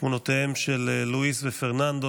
תמונותיהם של לואיס ופרננדו,